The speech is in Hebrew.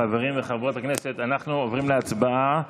חברי וחברות הכנסת, אנחנו עוברים להצבעה.